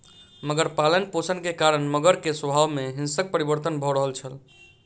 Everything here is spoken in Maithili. मगर पालनपोषण के कारण मगर के स्वभाव में हिंसक परिवर्तन भ रहल छल